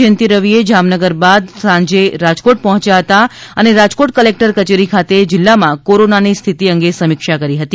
જયંતી રવિ જામનગર બાદ સાંજે રાજકોટ પર્હોચ્યા હતા અને રાજકોટ કલેક્ટર કચેરી ખાતે જિલ્લામાં કોરોના ની સ્થિતિ અંગે સમીક્ષા કરી હતી